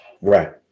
Right